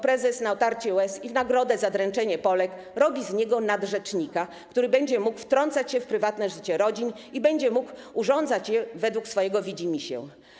Prezes na otarcie łez i w nagrodę za dręczenie Polek robi z niego nadrzecznika, który będzie mógł wtrącać się w prywatne życie rodzin i będzie mógł urządzać je według swojego widzimisię.